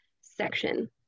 section